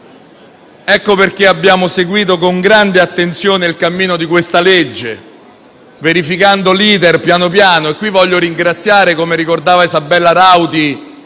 Ecco perché abbiamo seguito con grande attenzione il cammino di questa legge, verificandone progressivamente l'*iter*. Voglio ringraziare - come ricordava Isabella Rauti